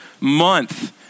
month